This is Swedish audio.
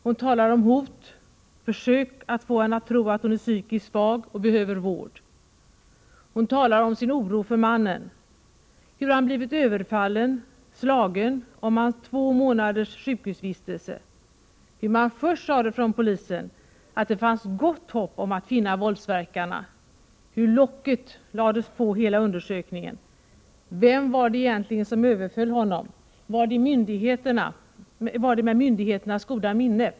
Hon talar om hot, försök att få henne att tro att hon är psykiskt svag och behöver vård. Hon talar om sin oro för mannen — hur han blivit överfallen, slagen, om hans två månaders sjukhusvistelse. Från polisen sade man först att det fanns gott hopp om att finna våldsverkarna, men hur locket lades på hela undersökningen. Vem var det egentligen som överföll honom, skedde det med myndigheternas goda minne?